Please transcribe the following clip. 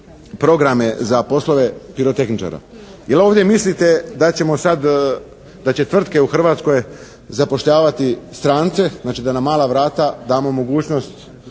za poslove pirotehničara. Je li ovdje mislite da ćemo sad, da će tvrtke u Hrvatskoj zapošljavati strance, znači da na mala vrata damo mogućnost